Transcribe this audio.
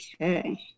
Okay